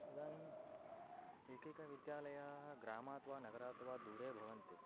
इदानीम् एकैकः विद्यालयः ग्रामाद्वा नगराद्वा दूरे भवन्ति